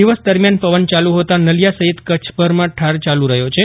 દિવસ દરમ્યાન પવન ચાલુ હોતાં નલિયા સહિત કચ્છભરમાં ઠાર યાલુ રહ્યો છે